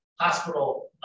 hospital